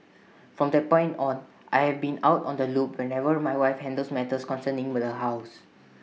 from that point on I have been out on the loop whenever my wife handles matters concerning the house